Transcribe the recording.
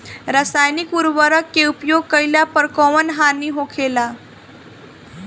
रसायनिक उर्वरक के उपयोग कइला पर कउन हानि होखेला?